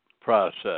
process